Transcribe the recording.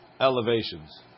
elevations